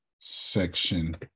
Section